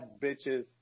bitches